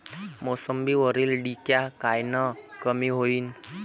मोसंबीवरील डिक्या कायनं कमी होईल?